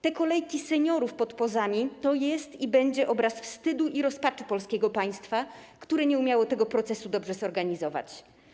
Te kolejki seniorów pod POZ-ami to jest i będzie obraz wstydu i rozpaczy polskiego państwa, które nie umiało tego procesu dobrze zorganizować.